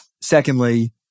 Secondly